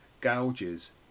gouges